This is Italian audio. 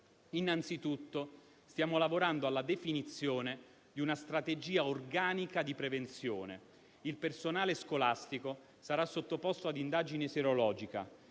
anzitutto lavorando alla definizione di una strategia organica di prevenzione. Il personale scolastico sarà sottoposto a indagine sierologica